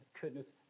goodness